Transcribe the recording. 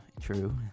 True